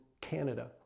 Canada